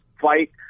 fight